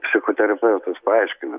psichoterapeutas paaiškino